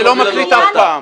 אני לא מקליט אף פעם.